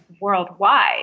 worldwide